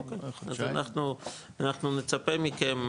אוקי, אז אנחנו נצפה מכם,